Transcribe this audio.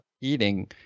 eating